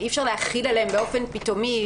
אי אפשר להחיל עליהם באופן פתאומי,